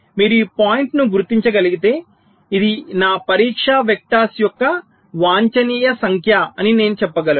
మీరు ఈ పాయింట్ను గుర్తించగలిగితే ఇది నా పరీక్షా వెక్టర్స్ యొక్క వాంఛనీయ సంఖ్య అని నేను చెప్పగలను